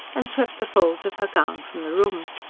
and swept the folds of her gown from the room.